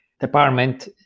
department